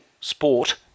sport